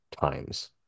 times